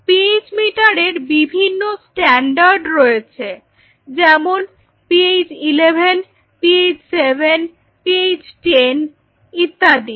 pH meter এর বিভিন্ন standard রয়েছে যেমন pH eleven pH seven pH ten ইত্যাদি